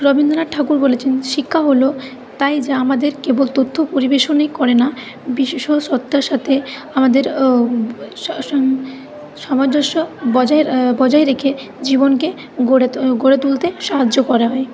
রবীন্দ্রনাথ ঠাকুর বলেছেন শিক্ষা হলো তাই যে আমাদেরকে কেবল তথ্য পরিবেশনই করে না বিশেষত্বের সাথে আমাদের সমাঞ্জস্য বজায় বজায় রেখে জীবনকে গড়ে তো গড়ে তুলতে সাহায্য করা হয়